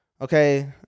okay